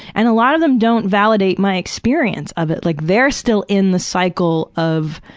and a lot of them don't validate my experience of it. like they're still in the cycle of,